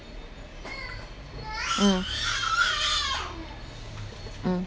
mm mm